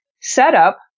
setup